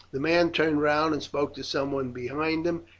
the man turned round and spoke to someone behind him,